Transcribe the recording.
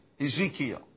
Ezekiel